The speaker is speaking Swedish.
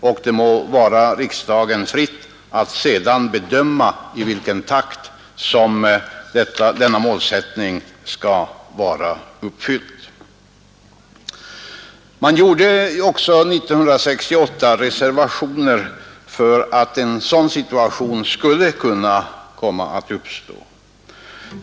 Det må sedan vara riksdagen fritt att bedöma i vilken takt som den skall uppfyllas. Man gjorde också 1968 reservationer för att en sådan situation skulle komma att uppstå.